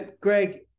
Greg